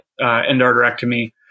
endarterectomy